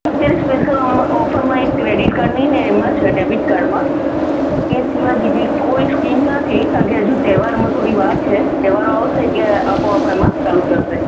અત્યારે સ્પેશિયલ ઓમ ઑફરમાં એક ક્રૅડિટ કાર્ડની અને એમાં છે ડૅબિટ કાર્ડમાં એ સિવાય બીજી કોઈ સ્કીમ નથી કારણ કે હજુ તહેવારમાં થોડીવાર છે તહેવારો આવશે ત્યારે આપોઆપ એમાં ચાલુ થશે